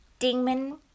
Dingman